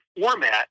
format